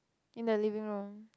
in the living room